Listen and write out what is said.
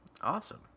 awesome